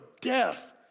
death